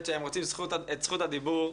הודעות שהם רוצים את זכות הדיבור.